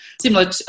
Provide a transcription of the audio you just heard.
similar